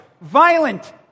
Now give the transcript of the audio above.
violent